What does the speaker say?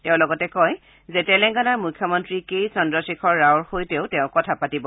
তেওঁ লগতে কয় যে তেলেংগানাৰ মুখ্যমন্তী কে চন্দ্ৰশ্বেখৰ ৰাওৰ সৈতেও তেওঁ কথা পাতিব